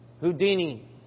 Houdini